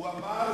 הוא אמר,